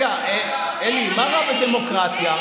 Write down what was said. אלי, מה רע בדמוקרטיה?